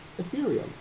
Ethereum